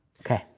Okay